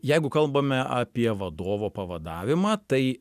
jeigu kalbame apie vadovo pavadavimą tai